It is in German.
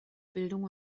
bildung